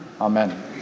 Amen